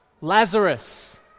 Lazarus